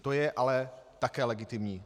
To je ale také legitimní.